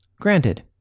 Granted